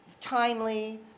timely